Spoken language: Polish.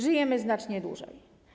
Żyjemy znacznie dłużej.